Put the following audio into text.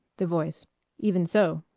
the voice even so.